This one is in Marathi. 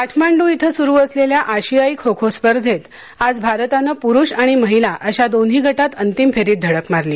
काठमांड् इथं सुरू असलेल्या आशियाई खो खो स्पर्धेत आज भारतानं पुरुष आणि महीला अशा दोन्ही गटात अंतिम फेरीत धडक मारली